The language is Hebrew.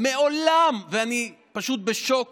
ואני פשוט בשוק